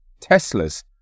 Teslas